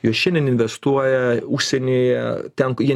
jos šiandien investuoja užsienyje ten jie